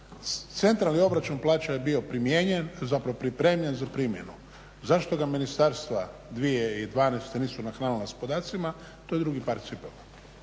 Centralni obračun plaća je bio primijenjen, zapravo pripremljen za primjenu. Zašto ga ministarstva 2012. nisu nahranila sa podacima to je drugi par cipela,